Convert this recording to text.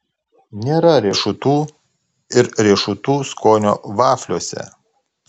nėra riešutų ir riešutų skonio vafliuose